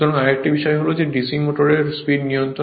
সুতরাং আরেকটি বিষয় হল DC মোটরের স্পিড নিয়ন্ত্রণ